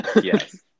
yes